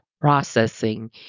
processing